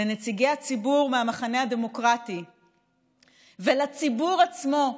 לנציגי הציבור מהמחנה הדמוקרטי ולציבור עצמו,